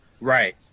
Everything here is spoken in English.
Right